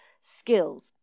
skills